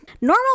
normal